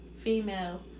female